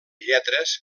lletres